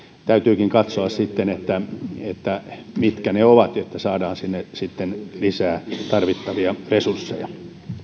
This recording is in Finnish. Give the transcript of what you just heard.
täytyykin katsoa sitten mitkä ne ovat että saadaan sinne lisää tarvittavia resursseja